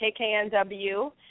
KKNW